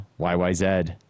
YYZ